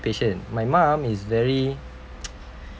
patient my mom is very